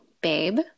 babe